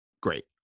great